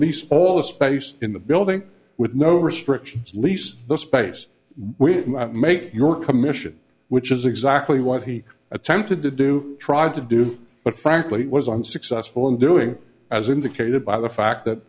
lease all the space in the building with no restrictions lease the space we make your commission which is exactly what he attempted to do tried to do but frankly was unsuccessful in doing as indicated by the fact that